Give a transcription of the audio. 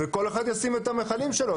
וכל אחד ישים את המכלים שלו,